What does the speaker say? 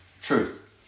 truth